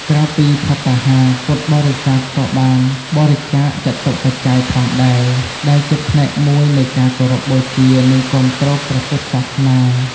ក្រៅពីភត្តាហារ ពុទ្ធបរិស័ទក៏បានបរិច្ចាគចតុបច្ច័យផងដែរ ដែលជាផ្នែកមួយនៃការគោរពបូជា និងគាំទ្រព្រះពុទ្ធសាសនា។